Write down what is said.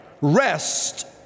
rest